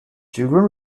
children